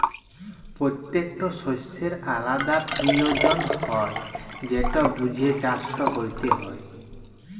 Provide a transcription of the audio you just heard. পত্যেকট শস্যের আলদা পিরয়োজন হ্যয় যেট বুঝে চাষট ক্যরতে হয়